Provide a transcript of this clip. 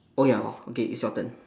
oh ya hor okay it's your turn